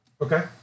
Okay